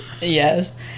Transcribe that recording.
Yes